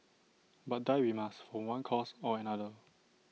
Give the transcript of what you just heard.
but die we must from one cause or another